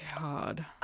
god